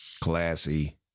classy